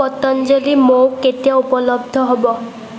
পতঞ্জলী মৌ কেতিয়া উপলব্ধ হ'ব